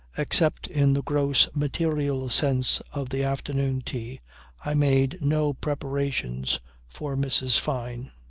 except in the gross material sense of the afternoon tea i made no preparations for mrs. fyne.